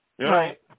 Right